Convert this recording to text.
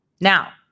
Now